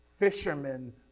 Fishermen